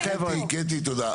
קטי, תודה.